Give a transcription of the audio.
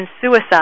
suicide